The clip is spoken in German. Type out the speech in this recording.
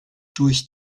durch